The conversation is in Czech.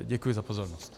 Děkuji za pozornost.